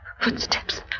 Footsteps